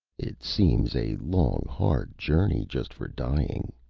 it seems a long, hard journey, just for dying.